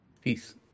Peace